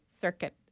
circuit